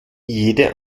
jede